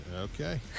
Okay